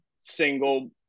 single